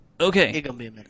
Okay